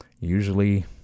usually